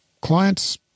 clients